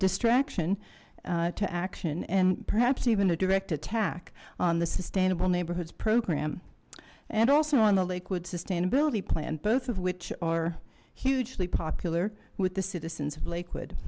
distraction to action and perhaps even a direct attack on the sustainable neighborhoods program and also on the liquid sustainability plan both of which are hugely popular with the citizens of l